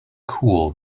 cool